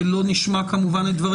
אנחנו מסכימים שזה נורא, בואי נתקדם.